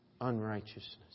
unrighteousness